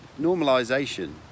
normalization